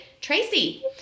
Tracy